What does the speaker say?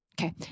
Okay